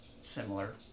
similar